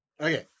okay